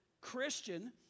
Christian